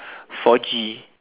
four G